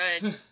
good